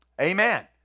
Amen